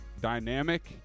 dynamic